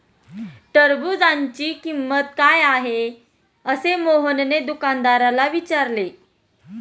टरबूजाची किंमत काय आहे असे मोहनने दुकानदाराला विचारले?